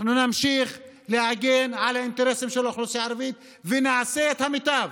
אנחנו נמשיך להגן על האינטרסים של האוכלוסייה הערבית ונעשה את המיטב.